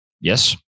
Yes